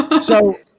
So-